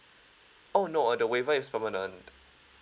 oh no uh the waiver is permanent